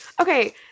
Okay